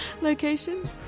location